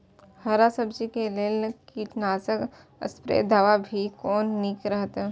हरा सब्जी के लेल कीट नाशक स्प्रै दवा भी कोन नीक रहैत?